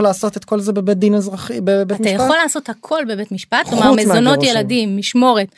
לעשות את כל זה בבית דין אזרחי בבית משפט? אתה יכול לעשות הכל בבית משפט, מזונות ילדים משמורת